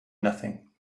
nothing